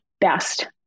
best